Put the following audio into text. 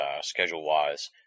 schedule-wise